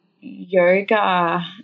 yoga